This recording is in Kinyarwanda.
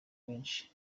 benshi